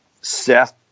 seth